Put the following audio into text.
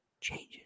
changes